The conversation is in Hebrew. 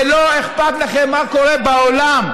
ולא אכפת לכם מה קורה בעולם.